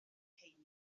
ceiniog